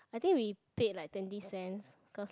I think we played like twenty cents cause like